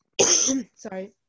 Sorry